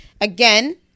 Again